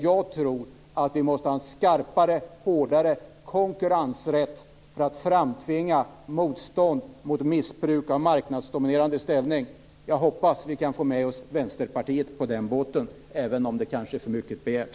Jag tror att vi måste ha en skarpare och hårdare konkurrensrätt för att framtvinga motstånd mot missbruk av marknadsdominerande ställning. Jag hoppas att vi kan få med oss Vänsterpartiet på den båten, även om det kanske är för mycket begärt.